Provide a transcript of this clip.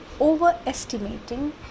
overestimating